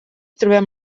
trobem